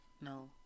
No